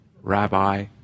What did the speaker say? Rabbi